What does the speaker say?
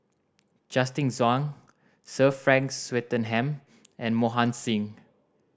Justin Zhuang Sir Frank Swettenham and Mohan Singh